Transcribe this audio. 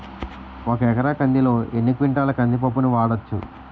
ఒక ఎకర కందిలో ఎన్ని క్వింటాల కంది పప్పును వాడచ్చు?